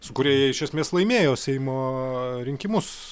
su kuria jie iš esmės laimėjo seimo rinkimus